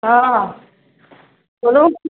हँ बोलू